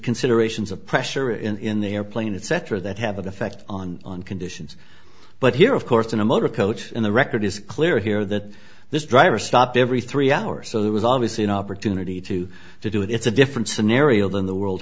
considerations of pressure in the airplane etc that have an effect on on conditions but here of course in a motor coach in the record is clear here that this driver stopped every three hours so there was obviously an opportunity to do it it's a different scenario than the world